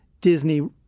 Disney